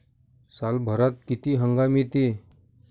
सालभरात किती हंगाम येते?